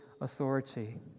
authority